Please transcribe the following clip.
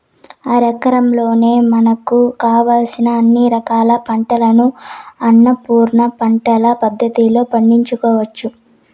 అరెకరంలోనే మనకు కావలసిన అన్ని రకాల పంటలను అన్నపూర్ణ పంటల పద్ధతిలో పండించుకోవచ్చు